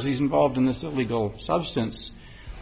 is he's involved in this illegal substance